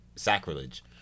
Sacrilege